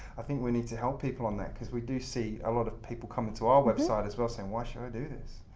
i think we need to help people on that because we do see a lot of people coming to our website as well saying, i ah do this?